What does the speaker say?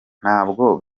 ntabwo